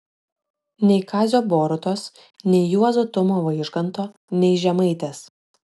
nei kazio borutos nei juozo tumo vaižganto nei žemaitės